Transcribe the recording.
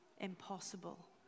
impossible